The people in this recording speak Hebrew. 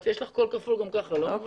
יש לך קול כפול גם ככה, לא?